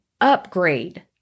upgrade